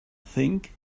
think